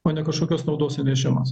o ne kažkokios naudos režimas